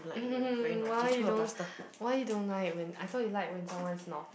why you don't why you don't like when I thought you like when someone's naughty